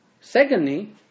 Secondly